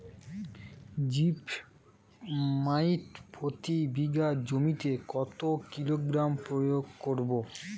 Zip মাইট প্রতি বিঘা জমিতে কত কিলোগ্রাম প্রয়োগ করব?